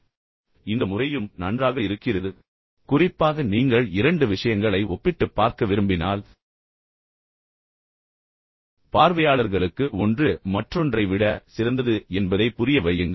எனவே இந்த முறையும் நன்றாக இருக்கிறது குறிப்பாக நீங்கள் இரண்டு விஷயங்களை ஒப்பிட்டுப் பார்க்க விரும்பினால் பின்னர் பார்வையாளர்களுக்கு ஒன்று மற்றொன்றை விட சிறந்தது என்பதைப் புரிய வையுங்கள்